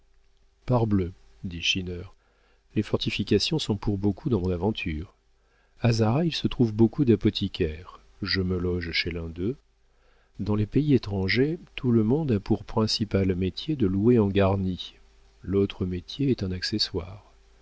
parbleu dit schinner les fortifications sont pour beaucoup dans mon aventure a zara il se trouve beaucoup d'apothicaires je me loge chez l'un d'eux dans les pays étrangers tout le monde a pour principal métier de louer en garni l'autre métier est un accessoire